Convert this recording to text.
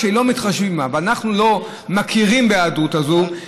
כשלא מתחשבים בה ואנחנו לא מכירים בהיעדרות הזאת,